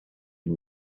and